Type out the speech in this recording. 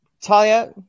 Talia